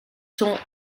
sont